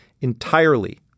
entirely